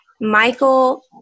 Michael